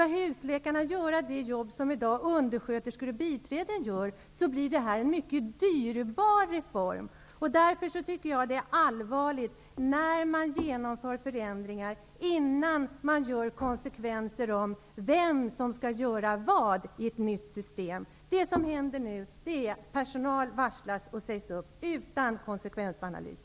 Om husläkarna skall göra det jobb som undersköterskor och biträden gör i dag blir det en mycket dyrbar reform. Därför tycker jag att det är allvarligt att man genomför förändringar innan man utrett vem som skall göra vad i ett nytt system. Det som händer nu är att personal varslas och sägs upp utan konsekvensanalys.